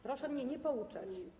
Proszę mnie nie pouczać.